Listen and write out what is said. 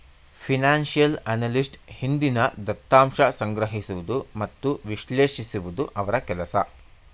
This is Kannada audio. ಫಿನನ್ಸಿಯಲ್ ಅನಲಿಸ್ಟ್ ಹಿಂದಿನ ದತ್ತಾಂಶ ಸಂಗ್ರಹಿಸುವುದು ಮತ್ತು ವಿಶ್ಲೇಷಿಸುವುದು ಅವರ ಕೆಲಸ